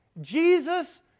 Jesus